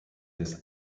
des